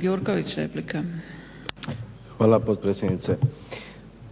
**Gjurković, Srđan (HNS)** Hvala potpredsjednice.